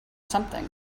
something